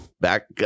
back